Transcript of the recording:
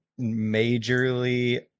majorly